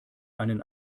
einen